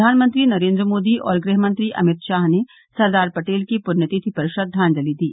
प्रधानमंत्री नरेन्द्र मोदी और गृहमंत्री अमित शाह ने सरदार पटेल की पुण्यतिथि पर श्रंद्वाजोल दी